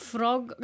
Frog